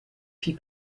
fit